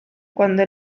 cuando